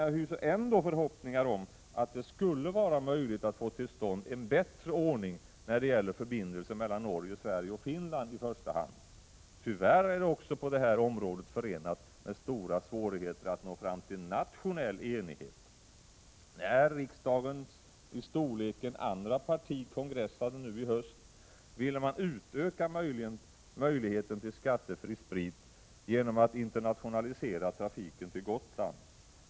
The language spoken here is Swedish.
Jag hyser ändå förhoppningar om att det skulle vara möjligt att få till stånd en bättre ordning när det gäller förbindelserna mellan i första hand Norge, Sverige och Finland. Tyvärr är det också på det här området förenat med stora svårigheter att nå fram till nationell enighet. När riksdagens till storleken andra parti kongressade nu i höst ville man utöka möjligheterna att köpa skattefri sprit genom att internationalisera trafiken till Gotland.